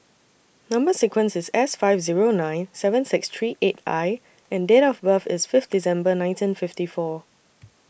Number sequence IS S five Zero nine seven six three eight I and Date of birth IS Fifth December nineteen fifty four